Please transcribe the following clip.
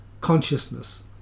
consciousness